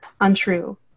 untrue